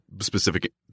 specific